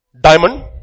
Diamond